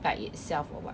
by itself or what